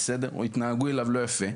או התנהגו אליו לא יפה,